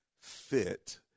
fit